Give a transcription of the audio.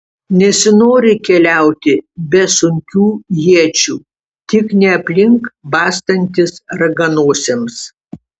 nesinori keliauti be sunkių iečių tik ne aplink bastantis raganosiams